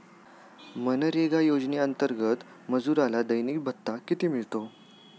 मनरेगा योजनेअंतर्गत मजुराला दैनिक भत्ता किती मिळतो?